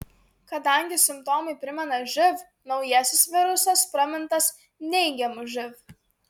kadangi simptomai primena živ naujasis virusas pramintas neigiamu živ